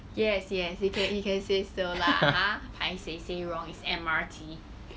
yes yes you can you can say so lah ah paiseh say wrong is M_R_T